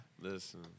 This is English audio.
Listen